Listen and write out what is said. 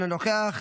אינו נוכח,